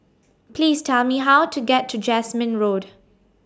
Please Tell Me How to get to Jasmine Road